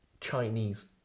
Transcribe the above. Chinese